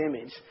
image